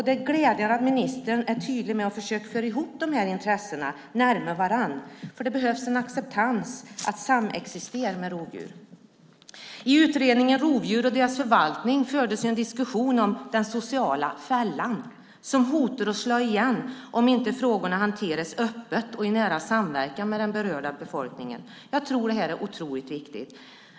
Det är glädjande att ministern är tydlig med att försöka föra dessa intressen närmare varandra, för det behövs en acceptans inför att samexistera med rovdjur. I utredningen Rovdjur och deras förvaltning fördes en diskussion om den sociala fällan som hotar att slå igen om inte frågorna hanteras öppet och i nära samverkan med den berörda befolkningen. Jag tror att det här är otroligt viktigt.